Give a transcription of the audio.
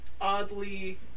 oddly